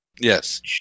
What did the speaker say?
Yes